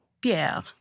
Pierre